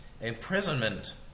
Imprisonment